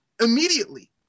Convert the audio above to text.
immediately